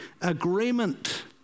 agreement